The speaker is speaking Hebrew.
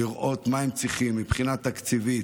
לראות מה הם צריכים מהבחינה התקציבית.